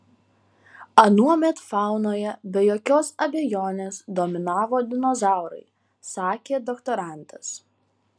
anuomet faunoje be jokios abejonės dominavo dinozaurai sakė doktorantas